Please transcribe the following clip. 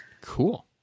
Cool